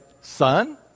Son